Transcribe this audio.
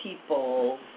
people